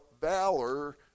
valor